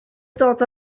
dod